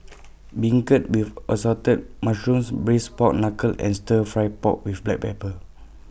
Beancurd with Assorted Mushrooms Braised Pork Knuckle and Stir Fry Pork with Black Pepper